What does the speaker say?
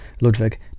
Ludwig